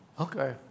Okay